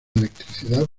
electricidad